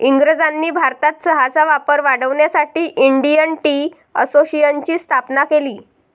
इंग्रजांनी भारतात चहाचा वापर वाढवण्यासाठी इंडियन टी असोसिएशनची स्थापना केली